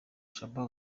shaban